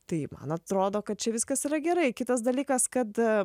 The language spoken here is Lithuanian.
tai man atrodo kad čia viskas yra gerai kitas dalykas kad